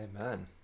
Amen